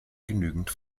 genügend